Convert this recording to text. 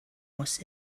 was